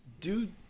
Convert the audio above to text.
Dude